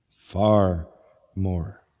far more.